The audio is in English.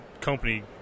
company